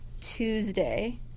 Tuesday